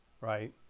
right